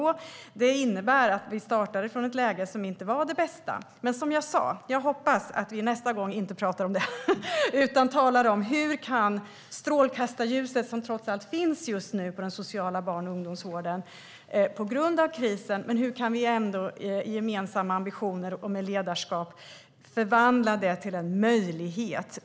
Det innebär att vi startade från ett läge som inte var det bästa. Som jag sa hoppas jag dock att vi nästa gång inte talar om det, utan jag hoppas att vi talar om hur vi med gemensamma ambitioner och ledarskap kan förvandla det strålkastarljus som just nu - på grund av krisen - finns på den sociala barn och ungdomsvården till en möjlighet.